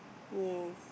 yes